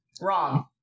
Wrong